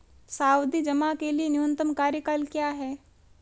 सावधि जमा के लिए न्यूनतम कार्यकाल क्या है?